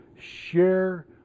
share